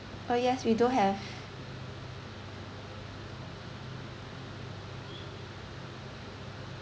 oh yes we do have